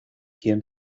quién